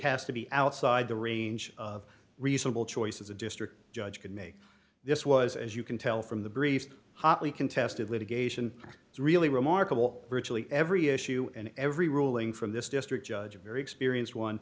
has to be outside the range of reasonable choices a district judge could make this was as you can tell from the brief hotly contested litigation it's really remarkable virtually every issue and every ruling from this district judge a very experienced one